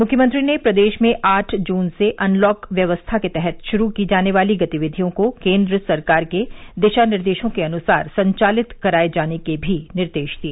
मुख्यमंत्री ने प्रदेश में आठ जून से अनलॉक व्यवस्था के तहत शुरू की जाने वाली गतिविधियों को केंद्र सरकार के दिशानिर्देशों के अनुसार संचालित कराए जाने के भी निर्देश दिए